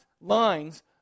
lines